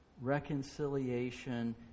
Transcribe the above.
reconciliation